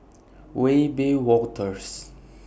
Wiebe Wolters